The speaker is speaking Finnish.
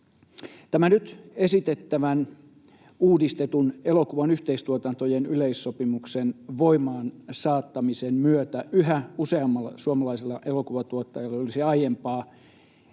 Tämän nyt esitettävän uudistetun elokuvien yhteistuotantojen yleissopimuksen voimaansaattamisen myötä yhä useammalla suomalaisella elokuvatuottajalla olisi aiempaa